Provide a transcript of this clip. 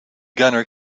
gunner